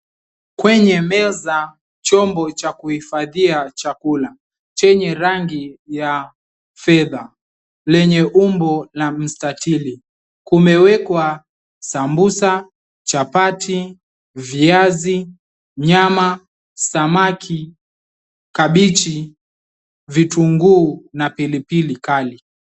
Kwenye meza chombo cha kuhifadhia chakula chenye rangi ya fedha lenye umbo la mstatili. Umewekwa sambusa, chapati, viazi, nyama, samaki, kabeji, vitunguu na pilipili kali.